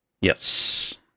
Yes